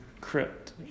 crypt